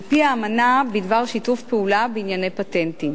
על-פי האמנה בדבר שיתוף פעולה בענייני פטנטים.